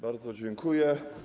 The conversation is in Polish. Bardzo dziękuję.